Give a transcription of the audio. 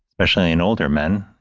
especially in older men,